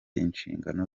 inshingano